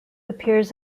appears